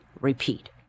repeat